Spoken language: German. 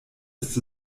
ist